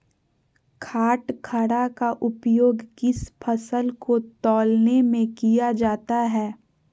बाटखरा का उपयोग किस फसल को तौलने में किया जाता है?